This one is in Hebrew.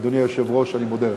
אדוני היושב-ראש, אני מודה לך.